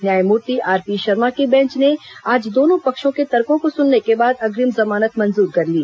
न्यायमूर्ति आरपी शर्मा की बैंच ने आज दोनों पक्षों के तर्कों को सुनने के बाद अग्रिम जमानत मंजूर कर ली